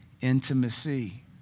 intimacy